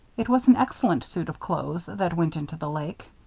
it was an excellent suit of clothes that went into the lake.